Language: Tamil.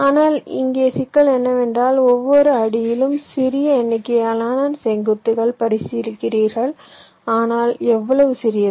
ஆனால் இங்கே சிக்கல் என்னவென்றால் ஒவ்வொரு அடியிலும் சிறிய எண்ணிக்கையிலான செங்குத்துகளை பரிசீலிக்கிறீர்கள் ஆனால் எவ்வளவு சிறியது